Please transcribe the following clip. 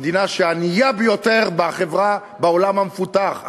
המדינה הענייה ביותר בעולם המפותח,